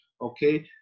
Okay